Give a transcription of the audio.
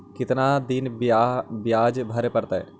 कितना दिन बियाज भरे परतैय?